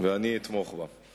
ואני אתמוך בה.